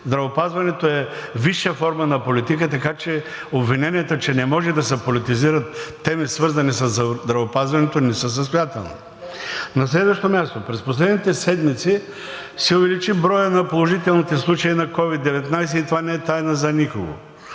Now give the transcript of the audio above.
Здравеопазването е висша форма на политика, така че обвиненията, че не може да се политизират теми, свързани със здравеопазването, не са състоятелни. На следващо място, през последните седмици се увеличи броят на положителните случаи на COVID-19 и това не е тайна за никого.